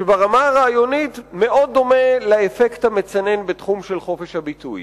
שברמה הרעיונית מאוד דומה לאפקט המצנן בתחום של חופש הביטוי.